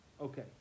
Okay